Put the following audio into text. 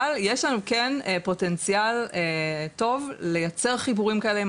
אבל יש לנו כן פוטנציאל טוב לייצר חיבורים כאלה עם